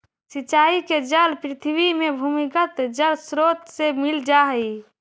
सिंचाई के जल पृथ्वी के भूमिगत जलस्रोत से मिल जा हइ